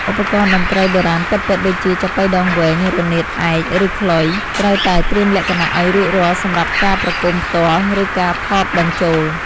ឧបករណ៍តន្ត្រីបុរាណពិតៗដូចជា ចាប៉ីដងវែង រនាតឯក ឬខ្លុយ ត្រូវតែត្រៀមលក្ខណៈឱ្យរួចរាល់សម្រាប់ការប្រគំផ្ទាល់ ឬការថតបញ្ចូល។